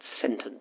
sentence